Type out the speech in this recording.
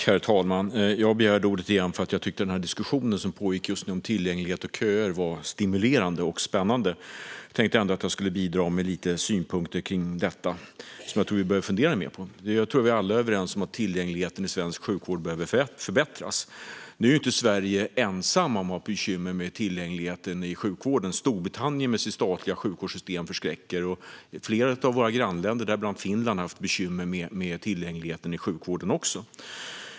Herr talman! Jag begärde ordet igen eftersom jag tyckte att den diskussion som pågick om tillgänglighet och köer var stimulerande och spännande. Jag tänkte att jag skulle bidra med lite synpunkter kring detta, som jag tror att vi behöver fundera mer på. Jag tror att vi alla är överens om att tillgängligheten i svensk sjukvård behöver förbättras. Nu är inte Sverige ensamt om att ha bekymmer med tillgängligheten i sjukvården. Storbritannien, med sitt statliga sjukvårdssystem, förskräcker. Flera av våra grannländer, däribland Finland, har också haft bekymmer med tillgängligheten i sjukvården.